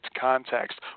context